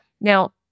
Now